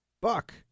Buck